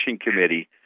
committee